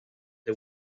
the